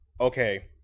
okay